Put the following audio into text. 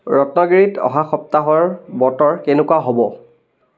ৰত্নগিৰিত অহা সপ্তাহৰ বতৰ কেনেকুৱা হ'ব